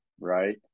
right